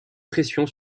pression